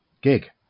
gig